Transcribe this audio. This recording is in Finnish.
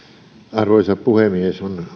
arvoisa puhemies on